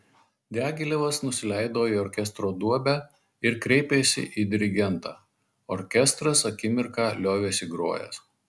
diagilevas nusileido į orkestro duobę ir kreipėsi į dirigentą orkestras akimirką liovėsi grojęs